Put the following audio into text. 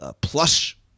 plush